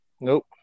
Nope